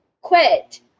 quit